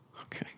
Okay